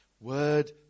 word